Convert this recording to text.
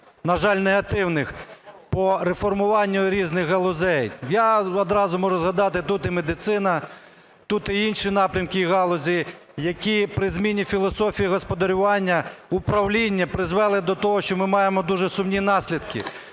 на жаль, негативних по реформуванню різних галузей. Я одразу можу згадати, тут і медицина, тут і інші напрямки галузі, які при зміні філософії господарювання управління призвели до того, що ми маємо дуже сумні наслідки.